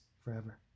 forever